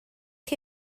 chi